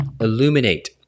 illuminate